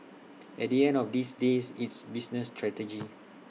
at the end of these day it's business strategy